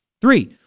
Three